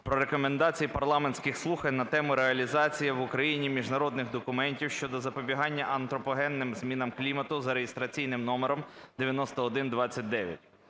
про Рекомендації парламентських слухань на тему: "Реалізація в Україні міжнародних документів щодо запобігання антропогенним змінам клімату" за реєстраційним номером 9129.